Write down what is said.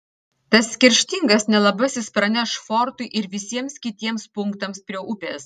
tas kerštingas nelabasis praneš fortui ir visiems kitiems punktams prie upės